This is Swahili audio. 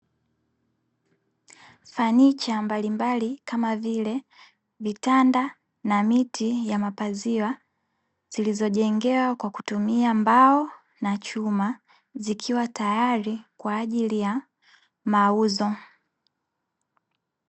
Fanicha mbalimbali kama vile vitanda na miti ya mapazia zilizojengewa kwa kutumia mbao na chuma, zikiwa tayari kwa ajili ya mauzo.